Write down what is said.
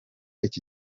iki